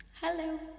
Hello